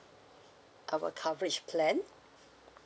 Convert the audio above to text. our coverage plan